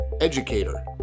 educator